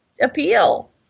appeal